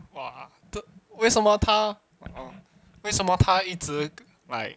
!wah! 为什么他 um 为什么他一直 like